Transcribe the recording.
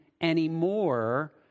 anymore